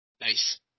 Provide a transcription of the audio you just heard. Nice